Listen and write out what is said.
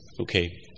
Okay